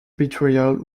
betrayal